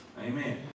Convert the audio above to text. Amen